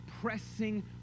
pressing